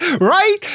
right